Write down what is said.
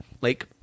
lake